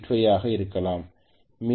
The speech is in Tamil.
85 ஆக இருக்கலாம்